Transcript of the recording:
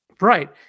Right